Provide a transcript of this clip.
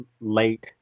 late